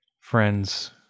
friends